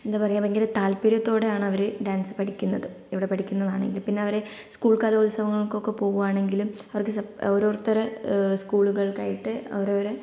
എന്താ പറയുക ഭയങ്കര താൽപര്യത്തോടെയാണ് അവര് ഡാൻസ് പഠിക്കുന്നത് ഇവിടെ പഠിക്കുന്നതാണെങ്കിലും പിന്നെ അവര് സ്കൂൾ കലോത്സവങ്ങൾക്കൊക്കെ പോകുകയാണെങ്കിലും അവർക്ക് ഓരോരുത്തരെ സ്കൂളുകൾക്ക് ആയിട്ട് അവരവരെ